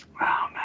Wow